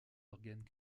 organes